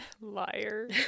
liar